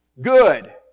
Good